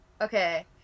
Okay